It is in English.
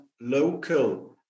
local